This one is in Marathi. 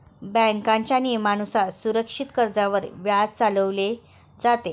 बँकेच्या नियमानुसार सुरक्षित कर्जावर व्याज चालवले जाते